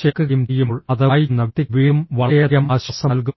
ചേർക്കുകയും ചെയ്യുമ്പോൾ അത് വായിക്കുന്ന വ്യക്തിക്ക് വീണ്ടും വളരെയധികം ആശ്വാസം നൽകും